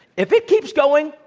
if it keeps going,